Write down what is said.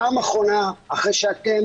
פעם אחרונה אחרי שאתם,